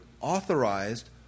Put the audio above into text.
authorized